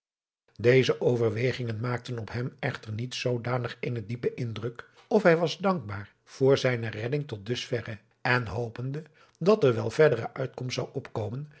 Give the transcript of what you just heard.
deze overwegingen maakten op hem echter niet zoodanig eenen diepen indruk of hij was dankbaar voor zijne redding tot dusverre en hopende dat er wel verdere uitkomst zou opkomen